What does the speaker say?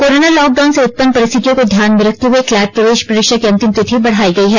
corona lockdown से उत्पन्न परिस्थितियों को ध्यान में रखते हए क्लैट प्रवेश परीक्षा की अंतिम तिथि बढ़ायी गई है